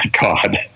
god